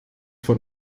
von